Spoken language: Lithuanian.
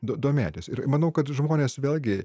domėtis ir manau kad žmonės vėlgi